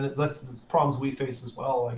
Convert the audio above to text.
that's problems we face as well. like